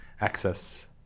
access